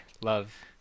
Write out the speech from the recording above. love